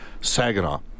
Saginaw